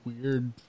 weird